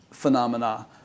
Phenomena